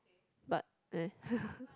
but eh